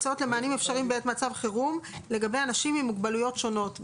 הצעות למענים אחרים בעת מצב חירום לגבי אנשים עם מוגבלויות שונות.